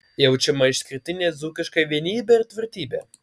jaučiama išskirtinė dzūkiška vienybė ir tvirtybė